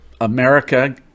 America